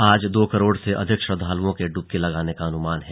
आज दो करोड़ से अधिक श्रद्वालुओं के डुबकी लगाने का अनुमान है